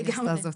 לגמרי.